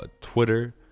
Twitter